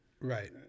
Right